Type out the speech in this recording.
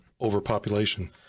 Overpopulation